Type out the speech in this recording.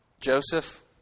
Joseph